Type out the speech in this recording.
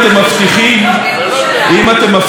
אם אתם מבטיחים לא להשתמש בזה כתקדים,